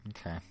Okay